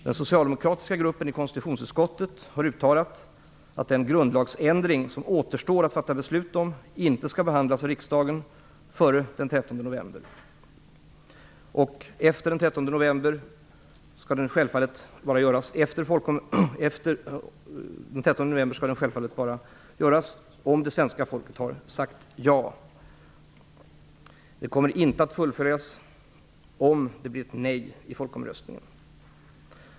Den socialdemokratiska gruppen i konstitutionsutskottet har uttalat att den grundlagsändring som återstår att fatta beslut om inte skall behandlas av riksdagen före den 13 november. Efter den 13 november skall det självfallet göras bara om svenska folket har sagt ja. Det kommer inte att fullföljas om det blir ett nej i folkomröstningen.